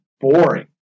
boring